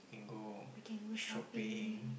and go shopping